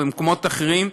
וממקומות אחרים,